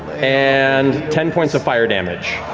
and ten points of fire damage.